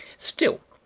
still,